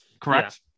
Correct